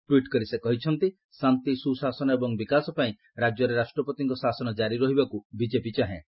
tweet କରି ସେ କହିଛନ୍ତି ଶାନ୍ତି ସୁଶାସନ ଏବଂ ବିକାଶପାଇଁ ରାଜ୍ୟରେ ରାଷ୍ଟ୍ରପତିଙ୍କ ଶାସନ କାରି ରହିବାକୁ ବିଜେପି ଚାହେଁ